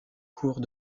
cours